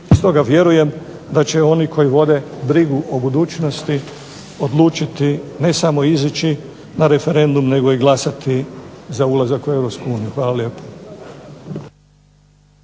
Stoga vjerujem da će oni koji vode brigu o budućnosti odlučiti ne samo izaći na referendum nego i glasati za ulazak u EU. Hvala lijepo.